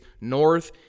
north